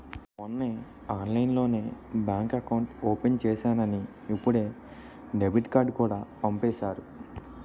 మొన్నే ఆన్లైన్లోనే bank account open చేసేసానని ఇప్పుడే డెబిట్ కార్డుకూడా పంపేసారు